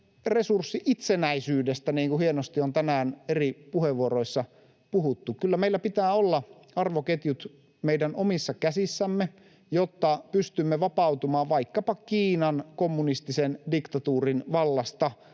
resurssi-itsenäisyydestä, niin kuin hienosti on tänään eri puheenvuoroissa puhuttu. Kyllä meillä pitää olla arvoketjut meidän omissa käsissämme, jotta pystymme vapautumaan vaikkapa Kiinan kommunistisen diktatuurin vallasta,